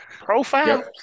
profile